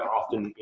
often